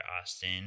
Austin